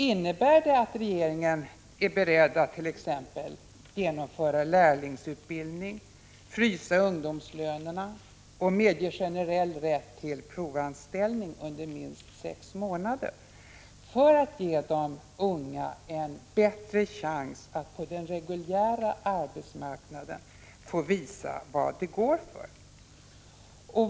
Innebär det att regeringen är beredd att t.ex. genomföra lärlingsutbildning, frysa ungdomslönerna och medge generell rätt till provanställning under minst sex månader för att ge de unga en bättre chans att på den reguljära arbetsmarknaden visa vad de går för?